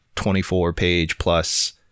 24-page-plus